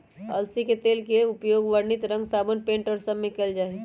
अलसी के तेल के उपयोग वर्णित रंग साबुन पेंट और सब में कइल जाहई